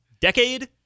decade